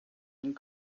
and